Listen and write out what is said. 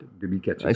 2004